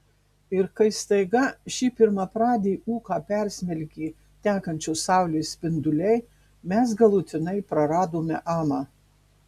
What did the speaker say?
ir kai staiga šį pirmapradį ūką persmelkė tekančios saulės spinduliai mes galutinai praradome amą